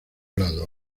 lado